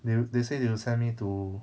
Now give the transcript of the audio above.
they they say they will send me to